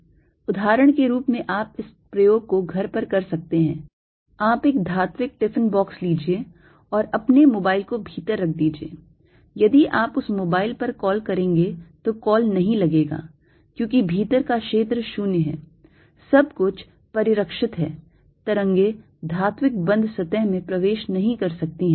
उदाहरण के रूप में आप इस प्रयोग को घर पर कर सकते हैं आप एक धात्विक टिफिन बॉक्स लीजिए और अपने मोबाइल को भीतर रख दीजिए यदि आप उस मोबाइल पर कॉल करेंगे तो कॉल नहीं लगेगा क्योंकि भीतर का क्षेत्र 0 है सब कुछ परिरक्षित है तरंगें धात्विक बंद सतह में प्रवेश नहीं कर सकती हैं